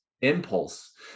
impulse